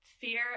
fear